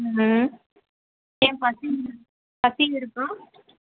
ம் ஏன் பசி இருக்கு பசி இருக்கா